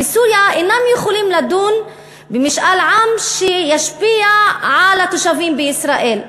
בסוריה הם אינם יכולים לדון במשאל עם שישפיע על התושבים בישראל.